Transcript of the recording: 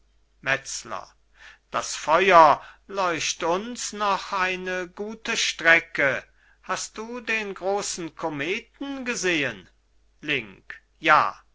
metzler das feuer leucht uns noch eine gute strecke hast du den großen kometen gesehen link ja